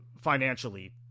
financially